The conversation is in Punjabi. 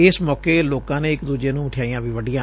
ਇਸ ਮੌਕੇ ਲੋਕਾਂ ਨੇ ਇਕ ਦੂਜੇ ਨੂੰ ਮਿਠਾਈਆਂ ਵੀ ਵੰਡੀਆਂ